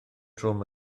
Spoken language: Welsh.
trwm